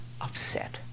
upset